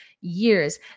years